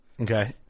Okay